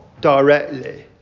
directly